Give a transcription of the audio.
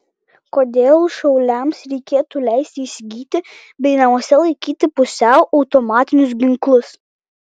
kodėl šauliams reikėtų leisti įsigyti bei namuose laikyti pusiau automatinius ginklus